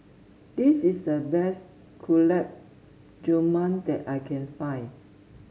this is the best Gulab Jamun that I can find